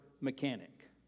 mechanic